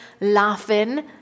laughing